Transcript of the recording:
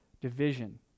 division